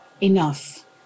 enough